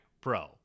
Pro